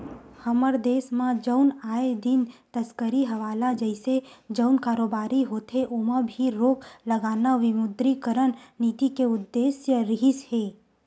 हमर देस म जउन आए दिन तस्करी हवाला जइसे जउन कारोबारी होथे ओमा भी रोक लगाना विमुद्रीकरन नीति के उद्देश्य रिहिस हे